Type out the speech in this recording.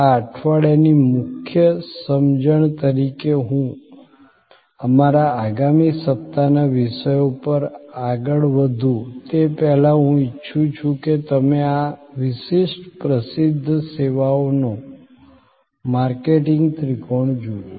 આ અઠવાડિયાની મુખ્ય સમજણ તરીકે હું અમારા આગામી સપ્તાહના વિષયો પર આગળ વધું તે પહેલાં હું ઈચ્છું છું કે તમે આ વિશિષ્ટ પ્રસિદ્ધ સેવાઓનો માર્કેટિંગ ત્રિકોણ જુઓ